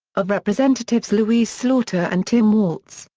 of representatives louise slaughter and tim walz,